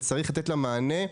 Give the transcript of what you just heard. וצריך לתת לה מענה.